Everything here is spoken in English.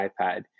iPad